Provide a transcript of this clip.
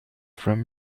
from